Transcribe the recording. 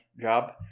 job